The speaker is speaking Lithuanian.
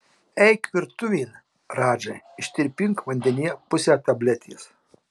eik virtuvėn radžai ištirpink vandenyje pusę tabletės